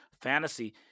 Fantasy